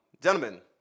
Gentlemen